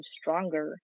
stronger